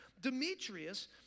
Demetrius